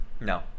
no